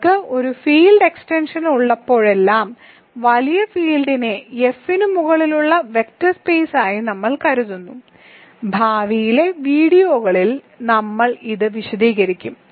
നിങ്ങൾക്ക് ഒരു field extension ഉള്ളപ്പോഴെല്ലാം വലിയ ഫീൽഡിനെ F ന് മുകളിലുള്ള വെക്റ്റർ സ്പെയ്സായി നമ്മൾ കരുതുന്നു ഭാവിയിലെ വീഡിയോകളിൽ നമ്മൾ ഇത് വിശദീകരിക്കും